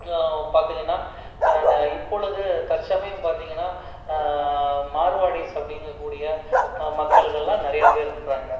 பார்த்தீங்கன்னா ந இப்பொழுது தற்சமயம் பார்த்தீங்கன்னா மார்வாடிஸ் அப்படிங்கக்கூடிய மக்கள்கள்லாம் நிறையா பேர் இருக்கிறாங்க